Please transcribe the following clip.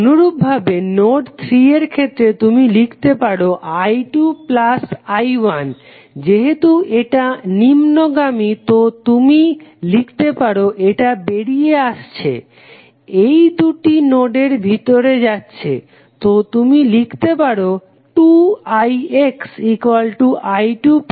অনুরূপভাবে নোড 3 এর ক্ষেত্রে তুমি লিখতে পারো I2I1 যেহেতু এটা নিম্নগামী তো তুমি লিখতে পারো এটা বেরিয়ে আসছে এইদুটি নোডের ভিতরে যাচ্ছে তো তুমি লিখতে পারো 2ixI2I1 ঠিক